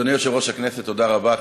אדוני יושב-ראש הכנסת, תודה רבה.